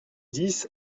dix